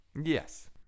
Yes